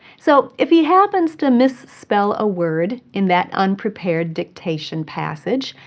so if he happens to misspell a word in that unprepared dictation passage,